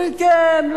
אומרים: כן,